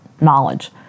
knowledge